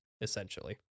essentially